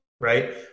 Right